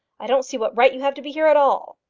i don't see what right you have to be here at all!